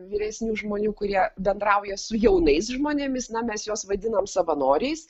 vyresnių žmonių kurie bendrauja su jaunais žmonėmis na mes juos vadinam savanoriais